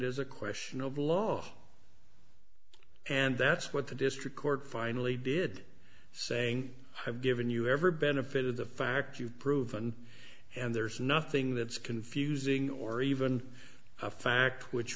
is a question of law and that's what the district court finally did saying i have given you ever benefit of the fact you've proven and there's nothing that's confusing or even a fact which